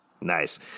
Nice